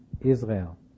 Israel